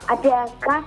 apie ką